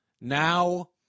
Now